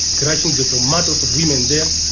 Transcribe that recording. crushing the tomatoes of women there,